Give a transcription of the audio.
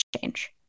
change